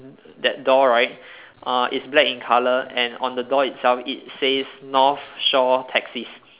that door right uh it's black in colour and on the door itself it says north shore taxis